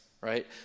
right